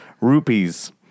rupees